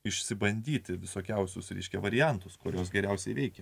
išsibandyti visokiausius reiškia variantus kurios geriausiai veikia